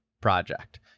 project